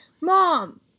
Mom